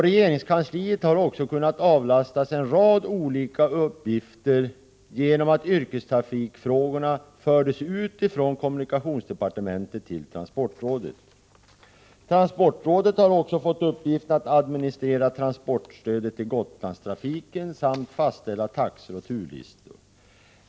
Regeringskansliet har också kunnat avlastas en rad olika uppgifter genom att yrkestrafikfrågorna fördes ut från kommunikationsdepartementet till transportrådet. Transportrådet har också fått uppgiften att administrera transportstödet till Gotlandstrafiken samt att fastställa taxor och turlistor.